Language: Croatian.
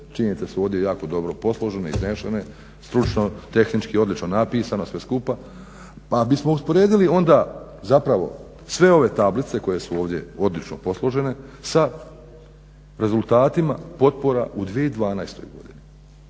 činjenice su ovdje jako dobro posložene, iznesene, stručno, tehnički odlično napisano sve skupa. Pa bismo usporedili onda zapravo sve ove tablice koje su ovdje odlično posložene sa rezultatima potpora u 2012. godini.